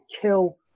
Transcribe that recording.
kill